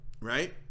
right